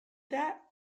that